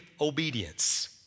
obedience